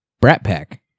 Brat-pack